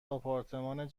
آپارتمان